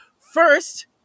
First